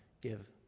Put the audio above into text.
give